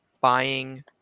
buying